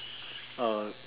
uh